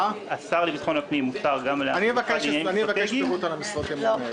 אני מבקש פירוט על משרות האמון האלה.